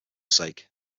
sake